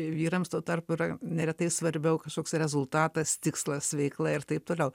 vyrams tuo tarpu yra neretai svarbiau kažkoks rezultatas tikslas veikla ir taip toliau